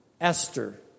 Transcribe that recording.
Esther